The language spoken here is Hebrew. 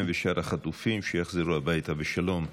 הם ושאר החטופים שיחזרו הביתה בשלום.